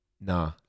nah